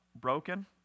broken